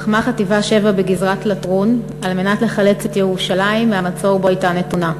לחמה חטיבה 7 בגזרת לטרון כדי לחלץ את ירושלים מהמצור שבו הייתה נתונה.